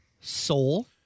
Soul